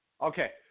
Okay